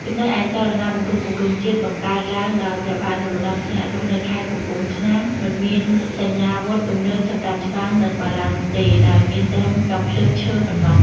ចំណែកឯចលនាបង្រួបបង្រួមជាតិ បង្កើតឡើងដោយព្រះបាទ នរោត្តមសីហនុ នៅ ខេត្តកំពង់ឆ្នាំង មិនមានសញ្ញវុធទំនើបសម្រាប់ច្បាំងនិងបារាំងនោះទេ ដោយមានត្រឹមកាំភ្លើងឈើប៉ុនណោះ ។